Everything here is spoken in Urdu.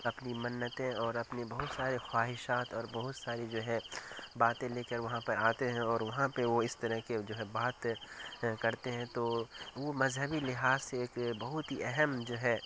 اپنی منتیں اور اپنی بہت سارے خواہشات اور بہت ساری جو ہے باتیں لے کر وہاں پہ آتے ہیں اور وہاں پہ وہ اس طرح کے جو ہے بات کرتے ہیں تو وہ وہ مذہبی لحاظ سے ایک بہت اہم جو ہے